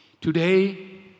Today